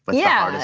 but yeah,